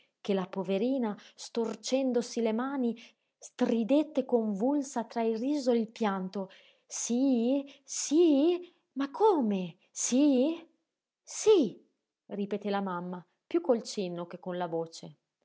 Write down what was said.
che la poverina storcendosi le mani stridette convulsa tra il riso e il pianto sí sí ma come sí sí ripeté la mamma piú col cenno che con la voce